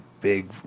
big